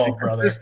brother